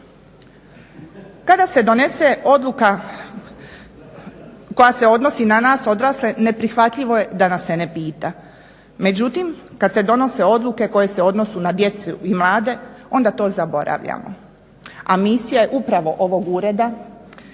Kada se donese odluka koja se odnosi na nas odrasle neprihvatljivo je da nas se ne pita, međutim kad se donose odluke koje se odnose na djecu i mlade onda to zaboravljamo, a misija je upravo ovog ureda